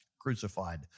crucified